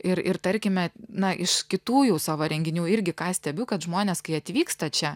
ir ir tarkime na iš kitų jau savo renginių irgi ką stebiu kad žmonės kai atvyksta čia